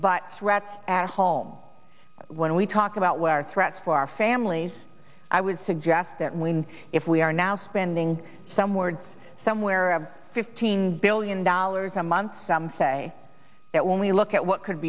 but threats at home when we talk about what are threats for our families i would suggest that when if we are now spending some words somewhere of fifteen billion dollars a month some say that when we look at what could